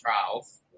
trials